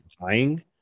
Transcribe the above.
dying